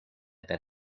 per